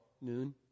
noon